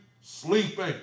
sleeping